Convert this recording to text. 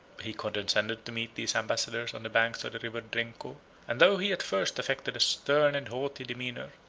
he condescended to meet these ambassadors on the banks of the river drenco and though he at first affected a stern and haughty demeanor,